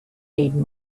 need